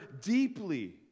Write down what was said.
deeply